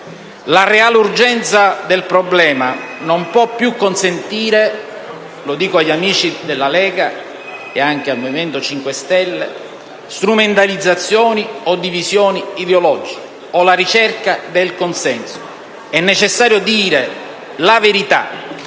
La reale urgenza del problema non può più consentire - lo dico agli amici della Lega e anche al Movimento 5 Stelle - strumentalizzazioni o divisioni ideologiche, o la ricerca del consenso. È necessario dire la verità: